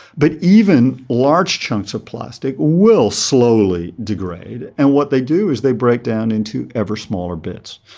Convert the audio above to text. but even large chunks of plastic will slowly degrade, and what they do is they break down into ever smaller bits.